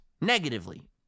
negatively